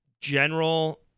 general